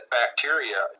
bacteria